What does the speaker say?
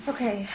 Okay